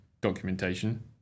documentation